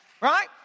right